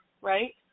right